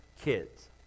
kids